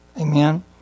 Amen